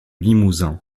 limousin